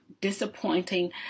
disappointing